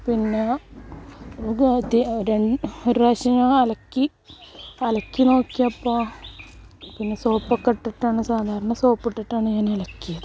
പിന്നെ ഇത് ഇത് ഒരു പ്രാവശ്യം ഞാൻ അലക്കി അലക്കി നോക്കിയപ്പോൾ പിന്നെ സോപ്പ് ഒക്കെ ഇട്ടിട്ട് ആണ് സാധാരണ സോപ്പ് ഇട്ടിട്ടാണ് ഞാൻ അലക്കിയത്